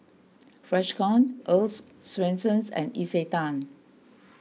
Freshkon Earl's Swensens and Isetan